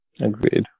agreed